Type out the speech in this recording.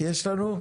יש לנו?